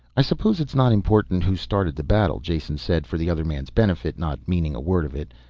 i suppose it's not important who started the battle, jason said for the other man's benefit, not meaning a word of it,